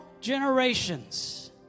generations